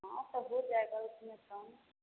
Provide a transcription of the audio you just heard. हाँ तो हो जाएगा उसमें कम